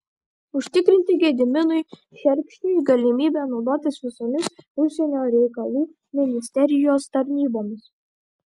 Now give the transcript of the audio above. užtikrinti gediminui šerkšniui galimybę naudotis visomis užsienio reikalų ministerijos tarnybomis